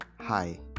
Hi